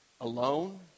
alone